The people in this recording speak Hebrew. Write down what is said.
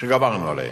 שגברנו עליהן.